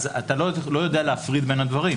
אתה לא יודע להפריד בין הדברים.